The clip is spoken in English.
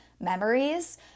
memories